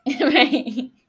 Right